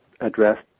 addressed